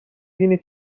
بینی